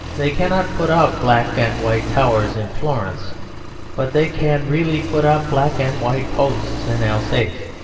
they cannot put up black and white towers in florence but they can really put up black and white posts in alsace.